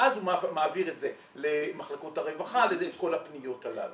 ואז הוא מעביר את זה למחלקות הרווחה את כל הפניות הללו.